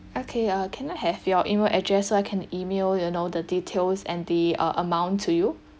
okay uh can I have your email address so I can email you know the details and they uh amount to you